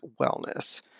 wellness